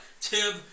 tib